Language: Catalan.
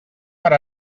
per